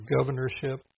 governorship